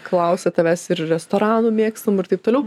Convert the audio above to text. klausia tavęs ir restoranų mėgstamų ir taip toliau